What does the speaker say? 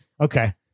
Okay